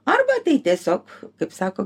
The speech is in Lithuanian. arba tai tiesiog kaip sako